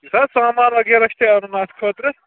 یُس حظ سامان وغیرہ چھِ تۄہہِ اَنُن اَتھ خٲطرٕ